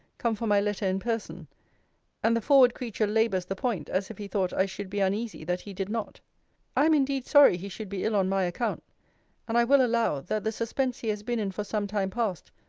come for my letter in person and the forward creature labours the point, as if he thought i should be uneasy that he did not i am indeed sorry he should be ill on my account and i will allow, that the suspense he has been in for some time past,